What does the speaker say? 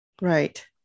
Right